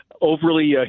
overly